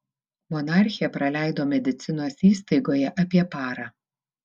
monarchė praleido medicinos įstaigoje apie parą